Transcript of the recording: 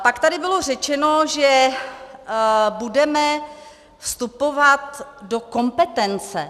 Pak tady bylo řečeno, že budeme vstupovat do kompetence.